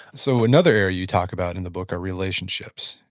so another area you talk about in the book are relationships,